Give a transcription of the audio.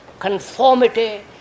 conformity